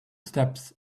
steps